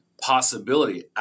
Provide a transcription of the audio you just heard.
possibility